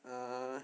uh